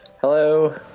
Hello